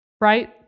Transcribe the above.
Right